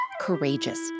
courageous